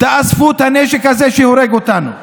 תאספו את הנשק הזה שהורג אותנו.